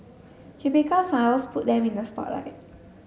cubicle files put them in the spotlight